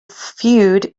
feud